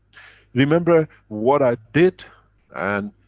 remember what i did and